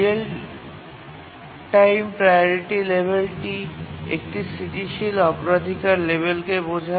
real time priority লেভেলটি একটি স্থিতিশীল অগ্রাধিকার লেভেলকে বোঝায়